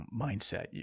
mindset